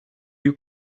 you